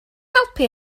helpu